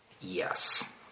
yes